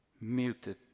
muted